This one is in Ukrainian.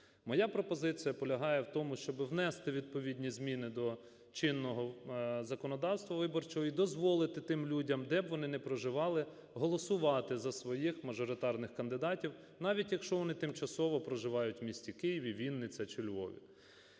Моя пропозиція полягає в тому, щоб внести відповідні зміни до чинного законодавства виборчого і дозволити тим людям, де б вони не проживали, голосувати за своїх мажоритарних кандидатів, навіть якщо вони тимчасово проживають в місті Києві, Вінниці чи Львові.